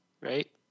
right